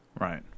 Right